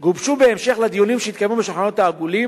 גובשו בהמשך לדיונים שהתקיימו בשולחנות העגולים,